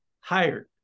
hired